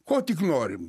ko tik norim